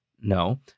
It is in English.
No